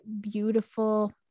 beautiful